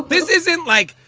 this isn't like,